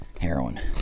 heroin